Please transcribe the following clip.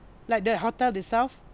like the hotel itself